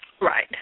Right